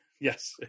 Yes